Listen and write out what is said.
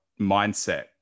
mindset